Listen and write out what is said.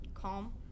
Calm